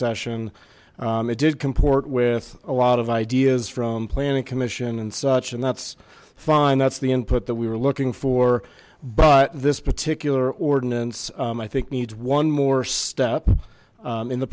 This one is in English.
session it did comport with a lot of ideas from planning commission and such and that's fine that's the input that we were looking for but this particular ordinance i think needs one more step in the